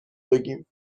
بگیم